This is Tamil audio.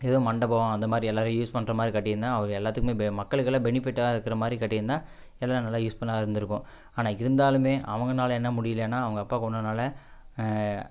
ஏதோ மண்டபம் அந்த மாதிரி எல்லாரும் யூஸ் பண்ணுற மாதிரி கட்டிருந்தால் அவங்க எல்லாற்றுக்குமே பெ மக்களுக்கெல்லாம் பெனிஃபிட்டா இருக்கிற மாதிரி கட்டிருந்தால் எல்லா நல்லா யூஸ்ஃபுல்லா இருந்துருக்கும் ஆனால் இருந்தாலுமே அவங்கனால் என்ன முடியிலேனா அவங்க அப்பா கொன்னனால்